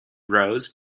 rose